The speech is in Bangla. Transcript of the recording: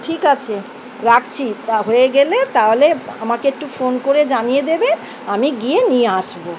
ঠিক আছে রাখছি তা হয়ে গেলে তাহলে আমাকে একটু ফোন করে জানিয়ে দেবে আমি গিয়ে নিয়ে আসবো